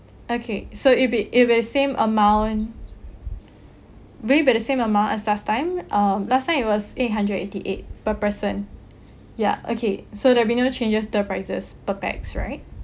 okay so it'll be it'll be the same amount would it be the same amount as last time um last time it was eight hundred eighty eight per person ya okay so there'll be no changes to the prices per pax right